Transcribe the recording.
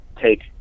take